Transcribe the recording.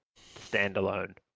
standalone